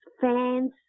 fans